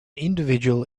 individual